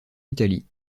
italie